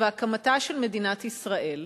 והקמתה של מדינת ישראל,